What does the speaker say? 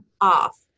off